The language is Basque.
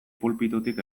pulpitutik